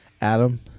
Adam